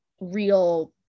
real